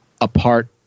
apart